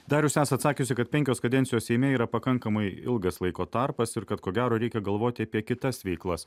dar jūs esat sakiusi kad penkios kadencijos seime yra pakankamai ilgas laiko tarpas ir kad ko gero reikia galvoti apie kitas veiklas